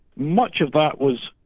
much of that was